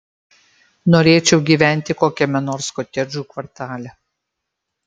norėčiau gyventi kokiame nors kotedžų kvartale